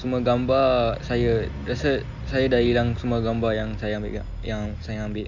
semua gambar saya rasa saya dah hilang semua gambar yang saya ambil yang saya ambil